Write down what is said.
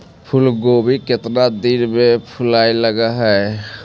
फुलगोभी केतना दिन में फुलाइ लग है?